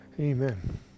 Amen